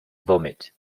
vomit